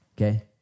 okay